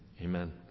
amen